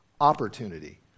opportunity